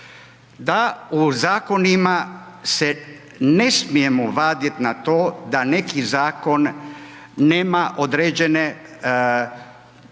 da u zakonima se ne smijemo vadit na to da neki zakon nema određene